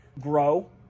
grow